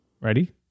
Ready